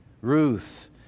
Ruth